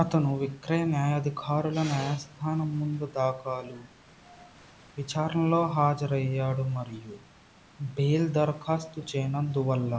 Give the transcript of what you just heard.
అతను విక్రయ న్యాయాధికారుల న్యాయస్థానం ముందు దాఖలు విచారణలో హాజరు అయ్యాడు మరియు బెయిల్ దరఖాస్తు చేయనందువల్ల